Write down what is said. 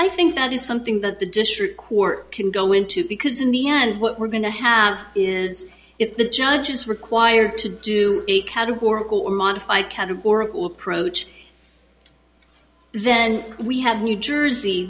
i think that is something that the district court can go into because in the end what we're going to have is if the judge is required to do a categorical or modify categorical approach then we have new jersey